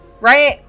right